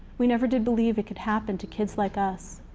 we never did believe it could happen to kids like us.